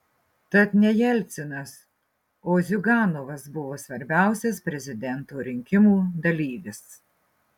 tad ne jelcinas o ziuganovas buvo svarbiausias prezidento rinkimų dalyvis